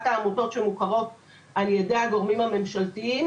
העמותות המוכרות על ידי הגורמים הממשלתיים,